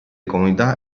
comodità